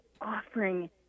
offering